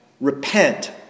Repent